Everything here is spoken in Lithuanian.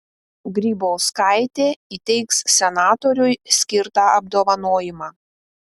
grybauskaitė įteiks senatoriui skirtą apdovanojimą